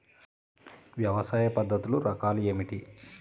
వ్యవసాయ పద్ధతులు రకాలు ఏమిటి?